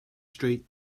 street